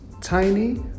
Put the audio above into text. tiny